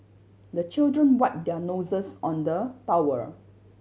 the children wipe their noses on the towel